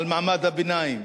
על מעמד הביניים,